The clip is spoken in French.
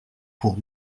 pour